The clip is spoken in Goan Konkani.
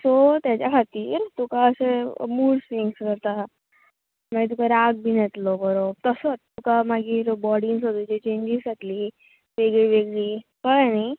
सो तेज्या खातीर तुका अशें मूड स्विंग्स जाता मागीर तुका राग बीन येतलो बोरो तसोत तुका मागीर बॉडीन सगळे तुजे चेंजीस जातली वेगळी वेगळी कळ्ळें न्ही